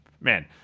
man